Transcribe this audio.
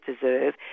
deserve